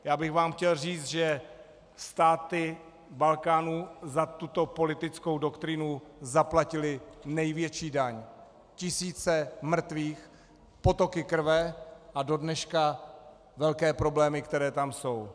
Já bych vám chtěl říct, že státy Balkánu za tuto politickou doktrínu zaplatily největší daň, tisíce mrtvých, potoky krve a do dneška velké problémy, které tam jsou.